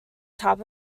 top